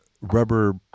rubber